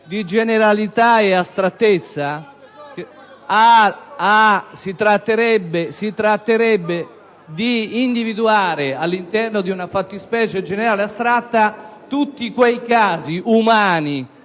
*relatore*. Si tratterebbe di individuare all'interno di una fattispecie generale e astratta tutti quei casi umani